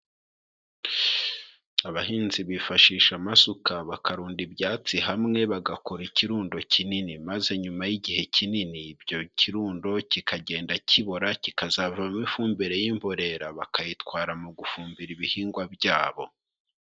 Abahinzi bifashisha amasuka bakarunda ibyatsi hamwe bagakora ikirundo kinini, maze nyuma y'igihe kinini ibyo kirundo kikagenda kibora kikazavamo ifumbire y'imborera bakayitwara mu gufumbira ibihingwa byabo.